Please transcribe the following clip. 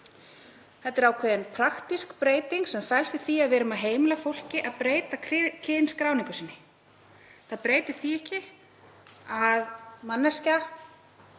Þetta er ákveðin praktísk breyting sem felst í því að við erum að heimila fólki að breyta kynskráningu sinni. Það breytir því ekki að manneskja